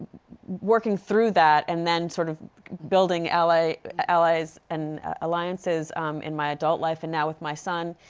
working through that and then sort of building allies allies and ah alliances in my adult life and now with my son.